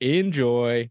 enjoy